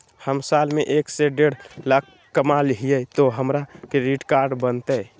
हम साल में एक से देढ लाख कमा हिये तो हमरा क्रेडिट कार्ड बनते?